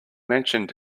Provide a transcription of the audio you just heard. mentioned